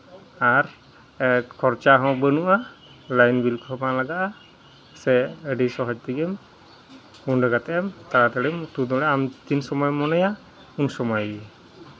ᱟᱨ ᱠᱷᱚᱨᱪᱟ ᱦᱚᱸ ᱵᱟᱹᱱᱩᱜᱼᱟ ᱞᱟᱭᱤᱱ ᱵᱤᱞ ᱠᱚᱦᱚᱸ ᱵᱟᱝ ᱞᱟᱜᱟᱜᱼᱟ ᱥᱮ ᱟᱹᱰᱤ ᱥᱚᱦᱚᱡᱽ ᱛᱮᱜᱮ ᱢᱚᱱᱮ ᱠᱟᱛᱮᱫ ᱮᱢ ᱛᱟᱲᱟ ᱛᱟᱲᱤᱢ ᱩᱛᱩ ᱫᱟᱲᱮᱭᱟᱜᱼᱟ ᱟᱢ ᱛᱤᱱ ᱥᱚᱢᱚᱭᱮᱢ ᱢᱚᱱᱮᱭᱟ ᱩᱱ ᱥᱚᱢᱚᱭ ᱜᱮ